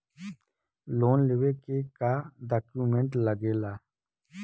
Loan लेवे के का डॉक्यूमेंट लागेला?